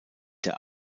der